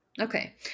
Okay